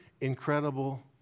incredible